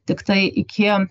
tiktai iki